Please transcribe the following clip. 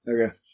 Okay